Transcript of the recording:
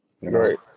right